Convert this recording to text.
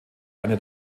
eine